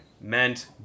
meant